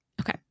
Okay